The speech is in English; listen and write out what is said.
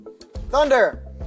Thunder